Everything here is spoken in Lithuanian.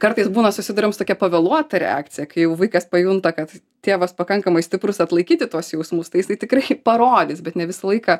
kartais būna susiduriam su tokia pavėluota reakcija kai jau vaikas pajunta kad tėvas pakankamai stiprus atlaikyti tuos jausmus tai jisai tikrai parodys bet ne visą laiką